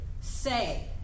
say